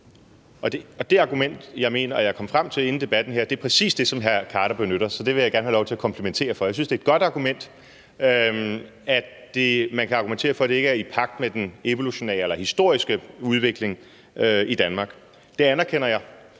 Og det argument, jeg kom frem til inden debatten her, er præcis det, som hr. Naser Khader benytter. Så det vil jeg gerne have lov til at komplimentere for. Jeg synes, det er et godt argument, når man argumenterer for, at det ikke er i pagt med den evolutionære eller historiske udvikling i Danmark. Det anerkender jeg.